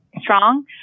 strong